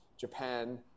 Japan